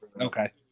Okay